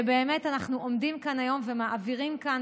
ובאמת אנחנו עומדים כאן היום ומעבירים כאן